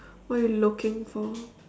what are you looking for